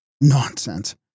Nonsense